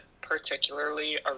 particularly